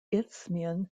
isthmian